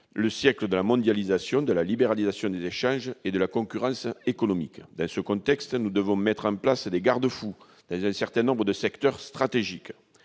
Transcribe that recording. est celui de la mondialisation, de la libéralisation des échanges et de la concurrence économique. Dans ce contexte, nous devons mettre en place des garde-fous dans un certain nombre de secteurs stratégiques.